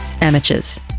Amateurs